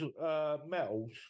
metals